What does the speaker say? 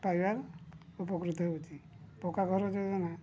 ପାଇବାର ଉପକୃତ ହେଉଛି ପକ୍କା ଘର ଯୋଜନା